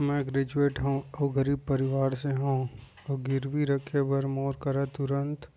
मैं ग्रेजुएट हव अऊ गरीब परवार से हव अऊ गिरवी बर मोर करा तुरंत